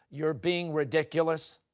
you're being ridiculous?